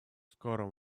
скором